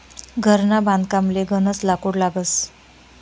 घरना बांधकामले गनज लाकूड लागस